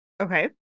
Okay